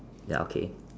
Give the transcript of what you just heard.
ya okay